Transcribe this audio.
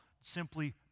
simply